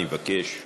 אני מבקש לשבת.